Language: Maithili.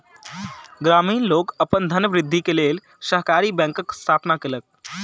ग्रामीण लोक अपन धनवृद्धि के लेल सहकारी बैंकक स्थापना केलक